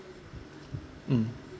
mm